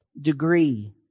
degree